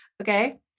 Okay